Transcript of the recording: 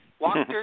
Walker